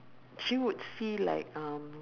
she would see like um